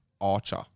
Archer